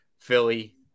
Philly